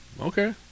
Okay